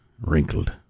wrinkled